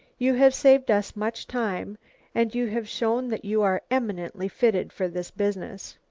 you have saved us much time and you have shown that you are eminently fitted for this business.